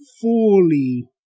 fully